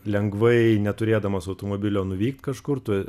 lengvai neturėdamas automobilio nuvykt kažkur tu